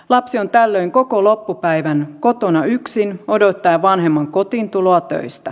lapsi on tällöin koko loppupäivän kotona yksin odottaen vanhemman kotiintuloa töistä